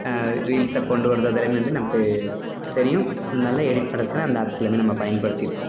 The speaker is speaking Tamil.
ரீல்ஸை கொண்டு வர்றது அது எல்லாமே வந்து நமக்கு தெரியும் நல்லா எடிட் பண்ணுறதுக்கு தான் அந்த ஆப்ஸ் எல்லாமே நம்ம பயன்படுத்திருக்கோம்